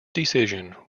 decision